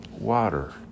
water